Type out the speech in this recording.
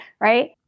right